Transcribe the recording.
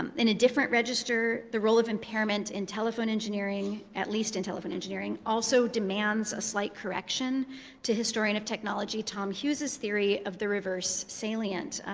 in a different register, the role of impairment in telephone engineering at least in telephone engineering also demands a slight correction to historian of technology tom hughes' theory of the reverse salient,